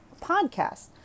podcast